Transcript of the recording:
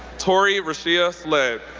tori rashea ah sledd,